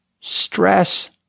stress